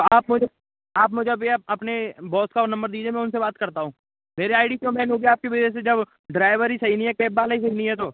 आप मुझे आप मुझे अभी अपने बॉस का वह नंबर दीजिए मैं उनसे बात करता हूँ मेरी आई डी क्यों मेल होगी आपकी वजह से जब ड्राइवर ही सही नहीं है कैब वाला ही सही नहीं है तो